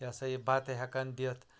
یہِ ہَسا یہِ بَتہٕ ہٮ۪کَان دِتھ